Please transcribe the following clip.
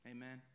Amen